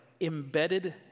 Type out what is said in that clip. embedded